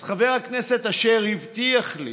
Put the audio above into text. אז חבר הכנסת אשר הבטיח לי